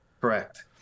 Correct